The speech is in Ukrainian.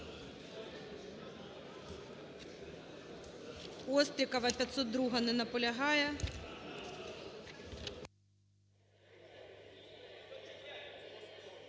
Острікова. Не наполягає.